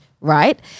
right